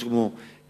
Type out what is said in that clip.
משהו כמו עד